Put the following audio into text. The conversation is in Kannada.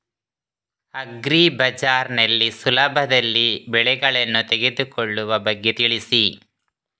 ಅಗ್ರಿ ಬಜಾರ್ ನಲ್ಲಿ ಸುಲಭದಲ್ಲಿ ಬೆಳೆಗಳನ್ನು ತೆಗೆದುಕೊಳ್ಳುವ ಬಗ್ಗೆ ತಿಳಿಸಿ